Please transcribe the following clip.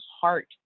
heart